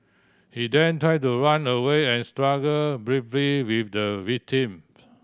he then try to run away and struggle briefly with the victim